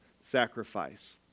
sacrifice